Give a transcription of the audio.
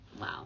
Wow